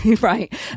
right